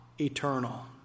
eternal